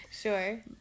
Sure